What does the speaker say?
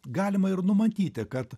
galima ir numatyti kad